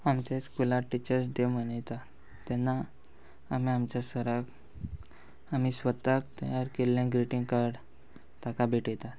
आमच्या स्कुलान teachers day मनयतात तेन्ना आमी आमच्या सराक आमी स्वताक तयार केल्ले ग्रिटींग कार्ड ताका भेटयतात